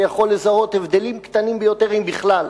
שיכול לזהות הבדלים קטנים ביותר, אם בכלל,